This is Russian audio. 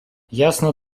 ясно